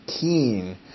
keen